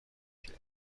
کیه